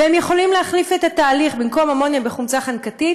והם יכולים להחליף את התהליך: במקום אמוניה חומצה חנקתית,